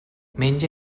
menja